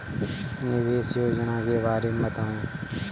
निवेश योजना के बारे में बताएँ?